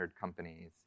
companies